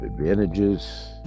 advantages